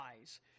eyes